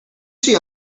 see